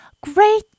Great